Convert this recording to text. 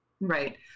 Right